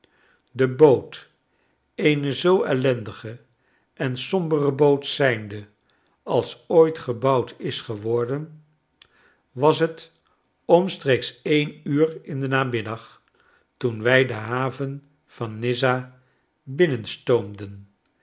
de boot eene zoo ellendige en sombere boot zijnde als ooit gebouwd is geworden was het omstreeks en uur in den namiddag toen wij de haven van nizza